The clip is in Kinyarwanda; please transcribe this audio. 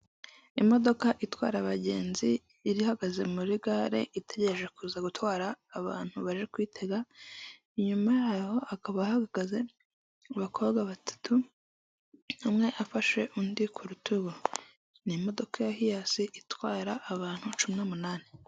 Imodoka itwara abagenzi yari ihagaze muri gare itegereje kuza gutwara abantu bari kuyitega. Inyuma yayo hakaba ahagaze abakobwa batatu, umwe afashe undi ku rutugu. Nimodoka ya hias itwara abantu cumi n'umunani.